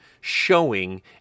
showing